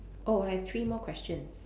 oh I have three more questions